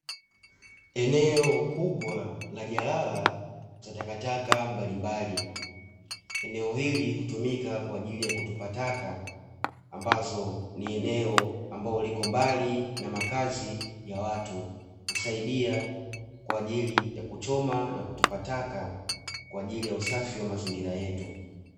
Eneo kubwa la jalala za takataka mbalimbali, eneo hili hutumika kwa ajili ya kutupa taka, ambazo ni eneo ambalo liko mbali na makazi ya watu, husaidia kwa ajili ya kuchoma na kutupa taka, kwa ajili ya usafi wa mazingira yetu.